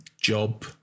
job